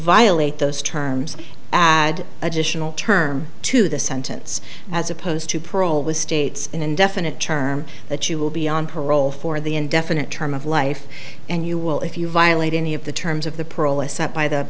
violate those terms and additional term to the sentence as opposed to parole the state's indefinite term that you will be on parole for the indefinite term of life and you will if you violate any of the terms of the